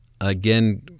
again